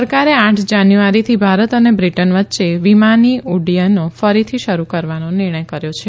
સરકારે આઠ જાન્યુઆરીથી ભારત અને બ્રિટન વચ્ચે વિમાન ઉડૃથનો ફરીથી શરૂ કરવાનો નિર્ણય કર્યો છે